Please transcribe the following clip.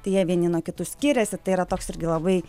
tai jie vieni nuo kitų skiriasi tai yra toks irgi labai